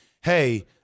hey